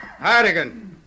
Hardigan